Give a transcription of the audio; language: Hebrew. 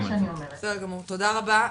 תודה רבה.